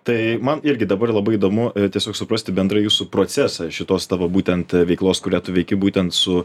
tai man irgi dabar labai įdomu tiesiog suprasti bendrai jūsų procesą šitos tavo būtent veiklos kurią tu veiki būtent su